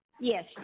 Yes